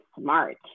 smart